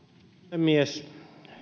puhemies